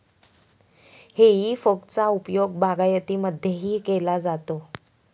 हेई फोकचा उपयोग बागायतीमध्येही केला जातो